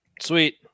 Sweet